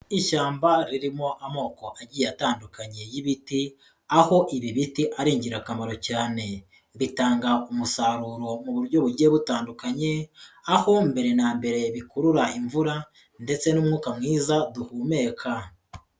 Ishyamba ririmo amoko agiye atandukanye y'ibiti aho ibi biti ari ingirakamaro cyane, bitanga umusaruro mu buryo bugiye butandukanye aho mbere na mbere bikurura imvura ndetse n'umwuka mwiza duhumeka.